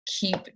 keep